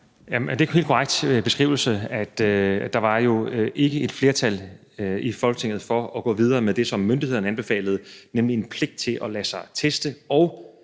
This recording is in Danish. Det er en helt korrekt beskrivelse: at der jo ikke var et flertal i Folketinget for at gå videre med det, som myndighederne anbefalede, nemlig en pligt til at lade sig teste